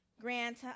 grant